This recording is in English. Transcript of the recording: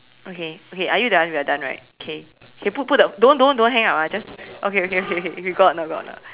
okay okay are you done we're done right okay put put the don't don't hang up ah okay okay okay we go out we go out now